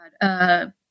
god